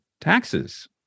taxes